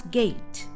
gate